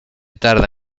tarda